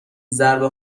ضربه